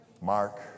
Mark